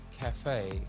cafe